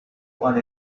what